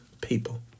people